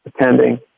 attending